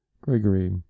gregory